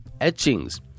etchings